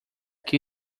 que